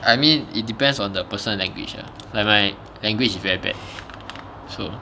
I mean it depends on the person language lah like my language is very bad so